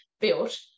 built